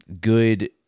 good